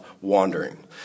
wandering